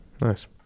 Nice